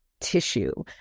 tissue